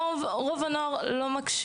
אני יכולה לומר שרוב הנוער לא מקשיב